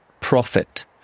profit